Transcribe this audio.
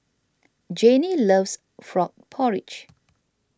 Janie loves Frog Porridge